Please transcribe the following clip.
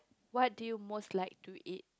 what do you most like to eat